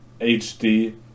HD